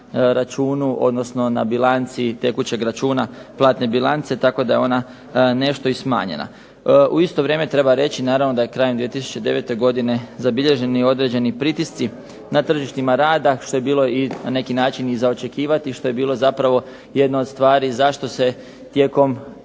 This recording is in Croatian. odnosno na bilanci tekućeg računa platne bilance, tako da je ona nešto i smanjena. U isto vrijeme treba reći naravno da je krajem 2009. godine zabilježeni određeni pritisci na tržištima rada, što je bilo i na neki način i za očekivati, što je bilo zapravo jedna od stvari zašto se tijekom